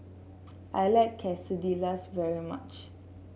I like Quesadillas very much